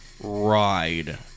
ride